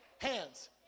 hands